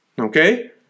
Okay